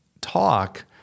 talk